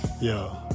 Yo